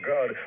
God